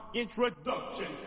introduction